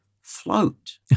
float